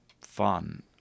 fun